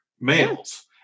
males